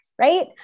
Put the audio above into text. Right